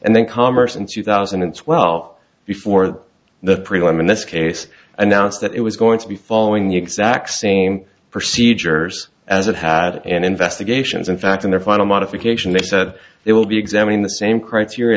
and then commerce in two thousand and twelve before the prelim in this case announced that it was going to be following the exact same procedures as it had an investigations in fact in their final modification they said they will be examining the same criteria